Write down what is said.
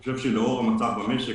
אני חושב שלאור המצב במשק,